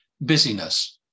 busyness